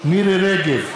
מירי רגב,